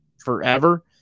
forever